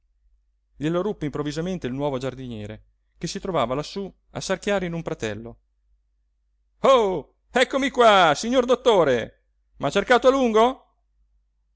glielo ruppe improvvisamente il nuovo giardiniere che si trovava lassú a sarchiare in un pratello oh eccomi qua signor dottore m'ha cercato a lungo